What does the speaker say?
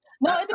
No